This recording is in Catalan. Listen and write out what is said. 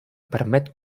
permet